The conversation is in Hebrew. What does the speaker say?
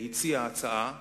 הציע הצעה שאנחנו,